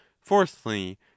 fourthly